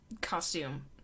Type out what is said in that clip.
costume